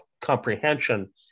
comprehension